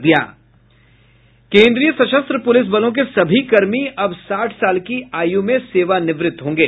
केन्द्रीय सशस्त्र पुलिस बलों के सभी कर्मी अब साठ साल की आय्र में सेवानिवृत्त होंगे